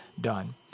done